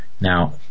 Now